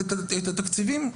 אפשר לעצור תקציבים,